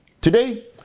Today